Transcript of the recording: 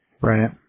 Right